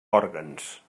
òrgans